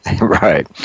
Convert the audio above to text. Right